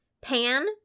Pan